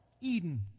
Eden